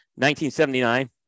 1979